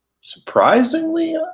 Surprisingly